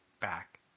back